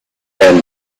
and